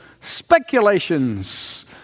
speculations